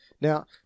Now